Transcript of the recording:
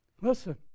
Listen